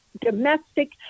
domestic